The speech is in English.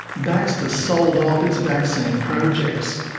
baxter sold off its vaccine projects.